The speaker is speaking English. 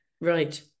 right